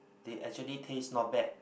they actually taste not bad